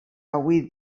avui